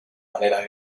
manera